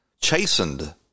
chastened